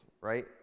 right